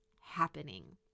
happening